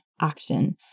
action